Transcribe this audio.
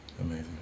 Amazing